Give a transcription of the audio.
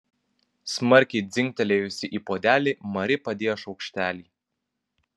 smarkiai dzingtelėjusi į puodelį mari padėjo šaukštelį